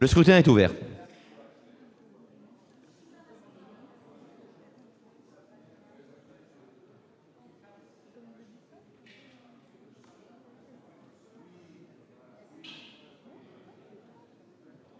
Le scrutin est ouvert.